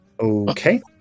Okay